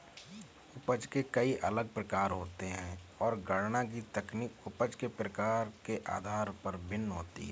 उपज के कई अलग प्रकार है, और गणना की तकनीक उपज के प्रकार के आधार पर भिन्न होती है